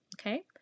Okay